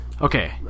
Okay